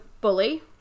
bully